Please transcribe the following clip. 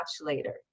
later